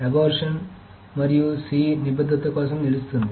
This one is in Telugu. కాబట్టి abortion మరియు c నిబద్ధత కోసం నిలుస్తుంది